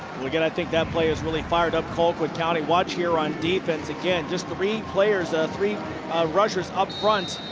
again, i think that play is really fired up. colquitt county. watch here on defense. again, just three players. ah three rushers up front.